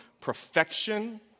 perfection